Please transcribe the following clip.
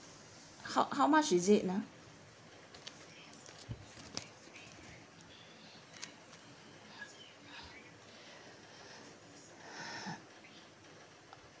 how how much is it ah